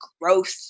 growth